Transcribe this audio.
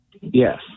Yes